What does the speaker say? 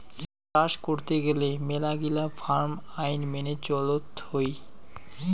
চাস করত গেলে মেলাগিলা ফার্ম আইন মেনে চলত হই